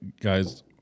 guys